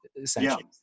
essentially